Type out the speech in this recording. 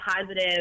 positive